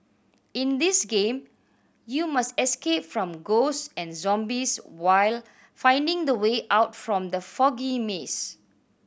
in this game you must escape from ghosts and zombies while finding the way out from the foggy maze